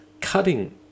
cutting